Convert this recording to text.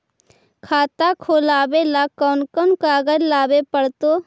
खाता खोलाबे ल कोन कोन कागज लाबे पड़तै?